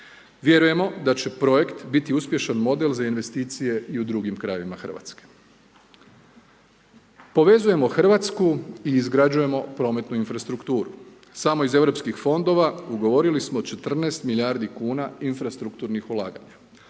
Vjerujemo da će projekt biti uspješan model za investicije i u drugim krajevima Hrvatske. Povezujemo Hrvatsku i izgrađujemo prometnu infrastrukturu. Samo iz EU fondova ugovorili smo 14 milijardi kuna infrastrukturnih ulaganja.